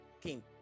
king